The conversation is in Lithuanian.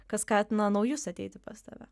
kas skatina naujus ateiti pas tave